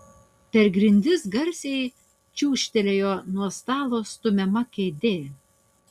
per grindis garsiai čiūžtelėjo nuo stalo stumiama kėdė